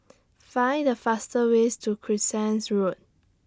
Find The fastest Way to Crescent Road